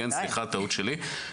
סליחה, טעות שלי.